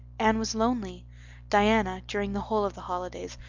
anne was lonely diana, during the whole of the holidays,